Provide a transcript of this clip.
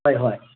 ꯍꯣꯏ ꯍꯣꯏ